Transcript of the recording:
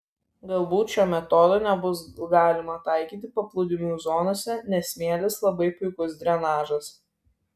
galbūt šio metodo nebus galima taikyti paplūdimių zonose nes smėlis labai puikus drenažas